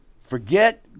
Forget